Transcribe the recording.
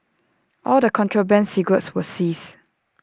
all the contraband cigarettes were seized